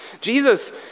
Jesus